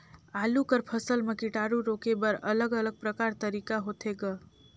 आलू कर फसल म कीटाणु रोके बर अलग अलग प्रकार तरीका होथे ग?